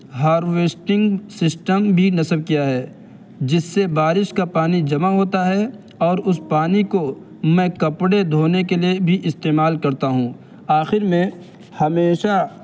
harvesting system بھی نصب کیا ہے جس سے بارش کا پانی جمع ہوتا ہے اور اس پانی کو میں کپڑے دھونے کے لیے بھی استعمال کرتا ہوں آخر میں ہمیشہ